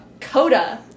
CODA